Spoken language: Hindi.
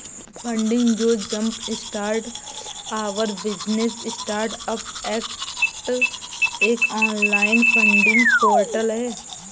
फंडिंग जो jumpstart our business startups act एक ऑनलाइन फंडिंग पोर्टल है